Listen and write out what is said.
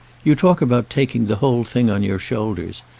you talk about taking the whole thing on your shoulders,